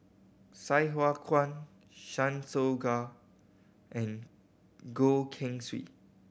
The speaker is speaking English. Sai Hua Kuan Chan Soh Ga and Goh Keng Swee